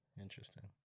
interesting